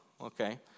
okay